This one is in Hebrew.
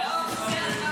דומייה.